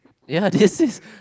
ya this is